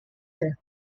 death